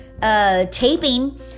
Taping